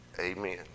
Amen